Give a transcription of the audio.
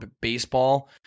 baseball